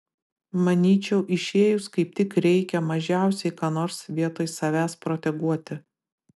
manyčiau išėjus kaip tik reikia mažiausiai ką nors vietoj savęs proteguoti